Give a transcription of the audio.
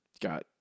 got